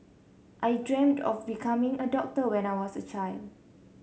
I dreamt of becoming a doctor when I was a child